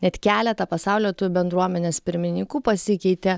net keletą pasaulio lietuvių bendruomenės pirmininkų pasikeite